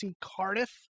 Cardiff